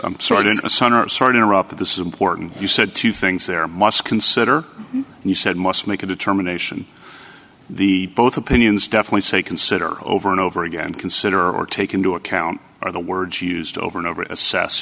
or sort interrupted this is important you said two things there must consider you said must make a determination the both opinions definitely say consider over and over again consider or take into account are the words used over and over